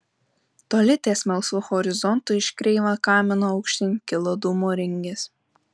toli ties melsvu horizontu iš kreivo kamino aukštyn kilo dūmų ringės